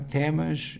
temas